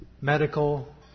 medical